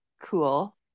cool